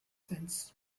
sense